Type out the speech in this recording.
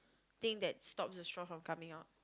thing that stops the straw from coming out